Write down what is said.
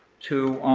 to